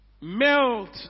melt